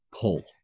pull